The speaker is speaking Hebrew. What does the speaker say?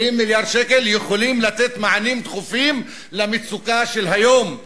20 מיליארד שקל יכולים לתת מענים דחופים למצוקה של היום,